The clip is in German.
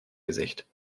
gesicht